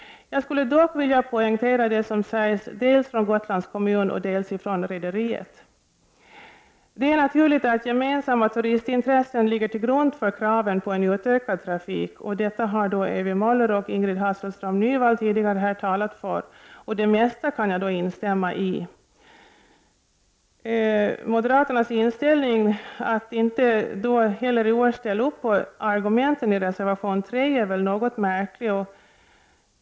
Jag skulle dock vilja poängtera det som sägs dels från Gotlands kommun, dels från rederiet. Det är naturligt att gemensamma turistintressen ligger till grund för kraven på en utökad trafik. Detta har Ewy Möller och Ingrid Hasselström Nyvall tidigare talat för, och det mesta kan jag instämma i. Moderaternas inställning att inte heller i år stödja argumenten i reservation 3 är dock något märklig.